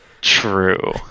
True